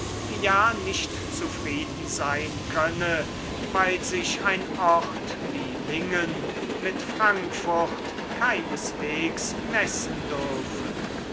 ja nicht zufrieden sein könne weil sich ein ort wie lingen mit frankfurt keineswegs messen dürfe